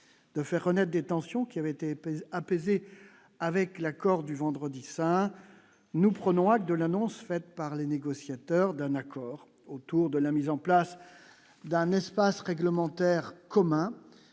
de faire renaître des tensions qui avaient été apaisé avec l'accord du vendredi Saint, nous prenons acte de l'annonce faite par les négociateurs d'un accord autour de la mise en place d'un espace réglementaire commun